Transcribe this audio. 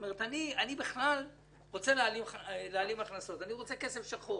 אני בכלל רוצה להעלים הכנסות, אני רוצה כסף שחור,